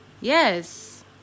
Yes